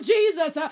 Jesus